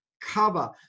cover